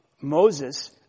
Moses